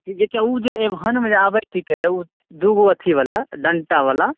ई जे चऽ ओ जे एभनमे जे आबै छीकै ओ दू गो अथि बला डंटा बला